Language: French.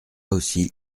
aussi